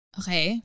okay